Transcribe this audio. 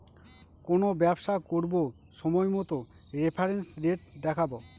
কোনো ব্যবসা করবো সময় মতো রেফারেন্স রেট দেখাবো